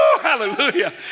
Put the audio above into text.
Hallelujah